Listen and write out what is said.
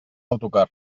autocar